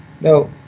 No